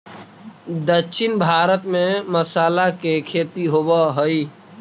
दक्षिण भारत में मसाला के खेती होवऽ हइ